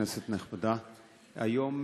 כנסת נכבדה, היום